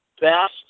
best